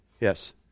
Yes